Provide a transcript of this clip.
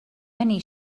many